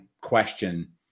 question